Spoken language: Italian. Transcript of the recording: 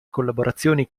collaborazioni